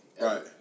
Right